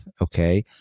okay